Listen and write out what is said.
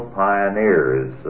pioneers